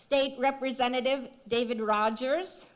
state representative david rogers